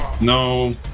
No